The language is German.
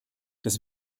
das